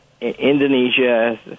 Indonesia